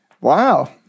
Wow